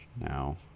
now